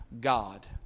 God